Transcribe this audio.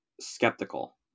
Skeptical